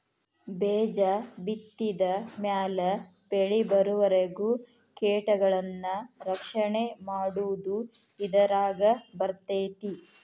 ಬೇಜ ಬಿತ್ತಿದ ಮ್ಯಾಲ ಬೆಳಿಬರುವರಿಗೂ ಕೇಟಗಳನ್ನಾ ರಕ್ಷಣೆ ಮಾಡುದು ಇದರಾಗ ಬರ್ತೈತಿ